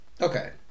Okay